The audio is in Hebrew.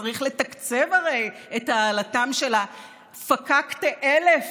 צריך לתקצב הרי את העלאתם של הפקאקטע אלף,